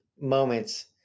moments